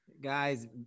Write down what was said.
guys